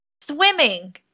Swimming